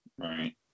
Right